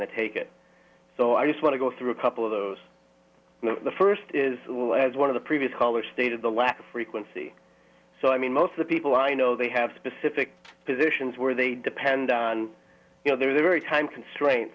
to take it so i just want to go through a couple of those the first is as one of the previous callers stated the lack frequency so i mean most of the people i know they have specific positions where they depend on you know they're very time constraints